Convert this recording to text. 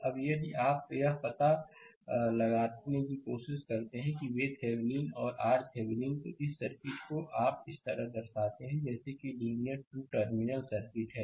अब यदि आप यह पता लगाने की कोशिश करते हैं कि VTheveninऔर RThevenin तो इस सर्किट को आप इस तरह दर्शाते हैं जैसे कि लीनियर 2 टर्मिनल सर्किट है